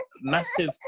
massive